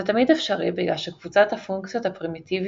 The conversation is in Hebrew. זה תמיד אפשרי בגלל שקבוצת הפונקציות הפרימיטיביות